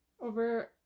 Over